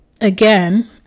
again